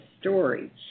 story